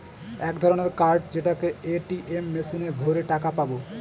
এক ধরনের কার্ড যেটাকে এ.টি.এম মেশিনে ভোরে টাকা পাবো